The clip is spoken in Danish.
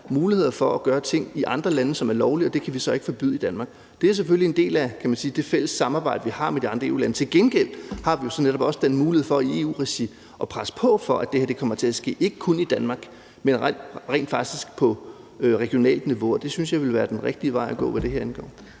muligheder for at gøre ting i andre lande, som er lovlige dér, og det kan vi så ikke forbyde i Danmark. Det er selvfølgelig en del af det fælles samarbejde, vi har med de andre EU-lande. Til gengæld har vi jo i EU-regi så netop også den mulighed for at presse på for, at det her kommer til at ske, ikke kun i Danmark, men rent faktisk på regionalt niveau. Det synes jeg ville være den rigtige vej at gå, hvad det her angår.